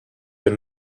your